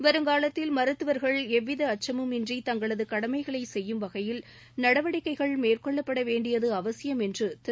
வருங்காலத்தில் மருத்துவர்கள் எவ்வித அச்சமும் இன்றி தங்களது கடமைகளை செய்யும் வகையில் நடவடிக்கைகள் மேற்கொள்ளப்பட வேண்டியது அவசியம் என்று திரு